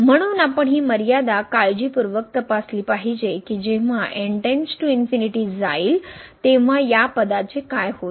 म्हणून आपण ही मर्यादा काळजीपूर्वक तपासली पाहिजे की जेव्हा n →∞ जाईल तेव्हा या पदाचे काय होईल